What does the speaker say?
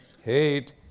hate